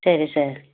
சரி சார்